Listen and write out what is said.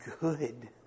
good